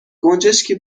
گنجشکی